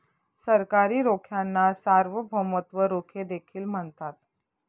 सरकारी रोख्यांना सार्वभौमत्व रोखे देखील म्हणतात